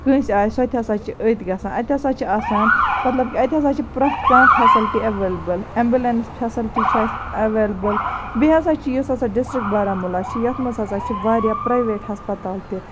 کٲنٛسہِ آسہِ سۄ تہِ ہَسا چھِ أتۍ گَژھان اَتہِ ہَسا چھ آسان مَطلَب کہ اَتہِ ہَسا چھ پرٮ۪تھ کانٛہہ فیسَلٹی ایٚولیبٕل ایٚمبُلیٚنٕس فیسَلٹی چھِ اَسہِ ایٚولیبٕل بیٚیہِ ہَسا چھ یُس ہَسا ڈِسٹرک بارہمُلہ چھُ یتھ مَنٛز ہَسا چھ واریاہ پریویٹ ہَسپَتال تہِ